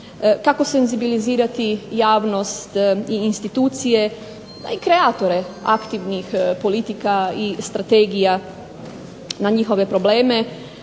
kako senzibilizirati javnost i institucije pa i kreatore aktivnih politika i strategija na njihove probleme,